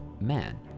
man